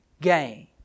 gain